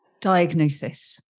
diagnosis